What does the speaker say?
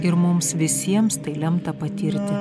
ir mums visiems tai lemta patirti